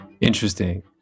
Interesting